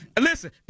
listen